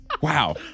Wow